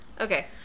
Okay